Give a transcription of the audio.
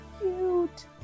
cute